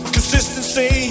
Consistency